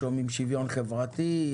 שוויון חברתי,